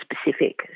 specific